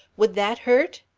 would that hurt?